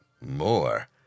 more